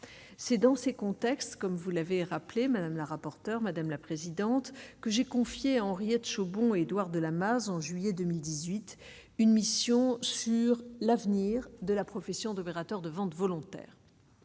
c'est dans ces contextes, comme vous l'avez rappelé madame la rapporteure, madame la présidente, que j'ai confiée Henriette bon Édouard de Lamaze, en juillet 2018, une mission sur l'avenir de la profession d'opérateurs de vente volontaire.